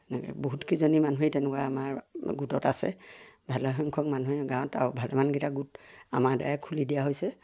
এনেকৈ বহুতকেইজনী মানুহেই তেনেকুৱা আমাৰ গোটত আছে ভালেসংখ্যক মানুহে গাঁৱত আৰু ভালেমানকেইটা গোট আমাৰদ্বাৰাই খুলি দিয়া হৈছে